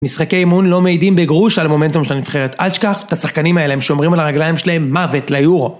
משחקי אמון לא מעידים בגרוש על מומנטום של הנבחרת. אל תשכח את השחקנים האלה, הם שומרים על הרגליים שלהם מוות ליורו.